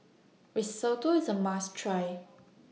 Risotto IS A must Try